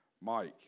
Mike